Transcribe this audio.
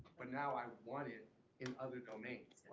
but now i want it and other domains. like,